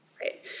Right